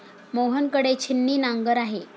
मोहन कडे छिन्नी नांगर आहे